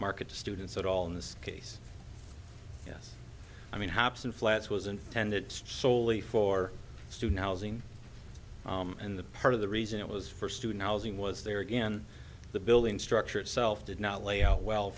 market to students at all in this case yes i mean hops and flats was intended solely for student housing and the part of the reason it was for student housing was there again the building structure itself did not lay out well